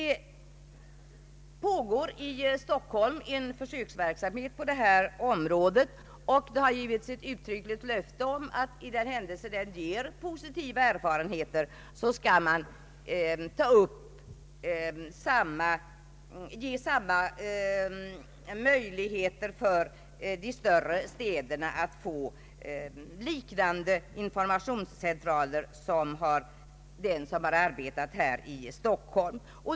Det pågår i Stockholm en försöksverksamhet på detta område, och det har givits ett uttryckligt löfte om att för den händelse försöksverksamheten ger positiva erfarenheter, så skall de större städerna få liknande informationscentraler.